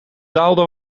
daalder